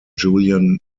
julian